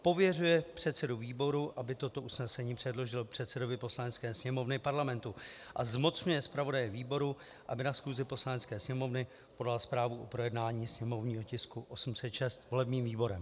Pověřuje předsedu výboru, aby toto usnesení předložil předsedovi Poslanecké sněmovny Parlamentu, a zmocňuje zpravodaje výboru, aby na schůzi Poslanecké sněmovny podal zprávu o projednání sněmovního tisku 806 volebním výborem.